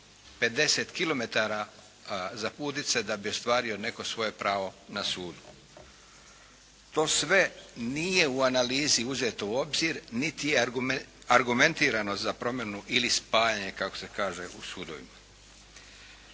zaputiti se da bi ostvario neko svoje pravo na sudu. To sve nije u analizi uzeto u obzir niti je argumentirano za promjenu ili spajanje kako se kaže u sudovima.